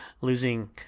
losing